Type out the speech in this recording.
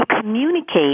communicate